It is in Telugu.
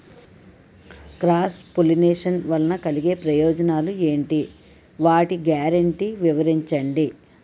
క్రాస్ పోలినేషన్ వలన కలిగే ప్రయోజనాలు ఎంటి? వాటి గ్యారంటీ వివరించండి?